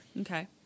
Okay